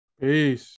Peace